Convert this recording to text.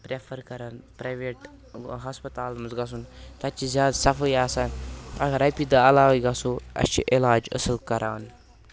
prefer کَران private ہَسپَتالَن منٛز گژھُن تَتہِ چھِ زیادٕ صفٲیی آسان اگر رۄپیہِ دَہ علاوٕے گژھو اَسہِ چھِ علاج اَصٕل کَران